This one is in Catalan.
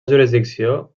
jurisdicció